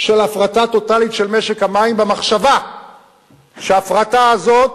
של הפרטה טוטלית של משק המים במחשבה שההפרטה הזאת,